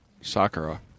Sakura